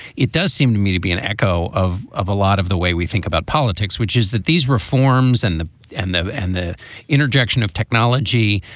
it does seem to me to be an echo of of a lot of the way we think about politics, which is that these reforms and the end and the interjection of technology,